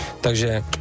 takže